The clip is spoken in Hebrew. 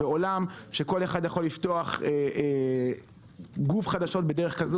בעולם שכל אחד יכול לפתוח גוף חדשות בדרך כזאת